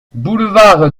boulevard